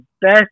best